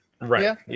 right